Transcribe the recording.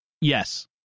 Yes